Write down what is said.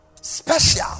special